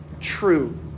true